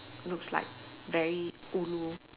looks like very ulu